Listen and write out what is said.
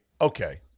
Okay